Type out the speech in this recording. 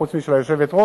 חוץ מאשר של היושבת-ראש,